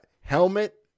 helmet